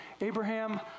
Abraham